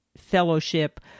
fellowship